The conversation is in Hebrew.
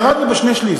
ירדנו בשני-שלישים,